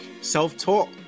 Self-talk